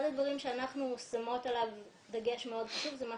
אחד הדברים שאנחנו שמות עליו דגש מאוד חשוב זה מה